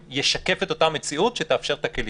שישקף את אותה מציאות שתאפשר את הכלים.